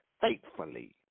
faithfully